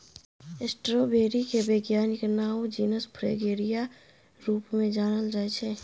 strawberry केर बैज्ञानिक नाओ जिनस फ्रेगेरिया रुप मे जानल जाइ छै